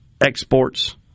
exports